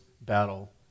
battle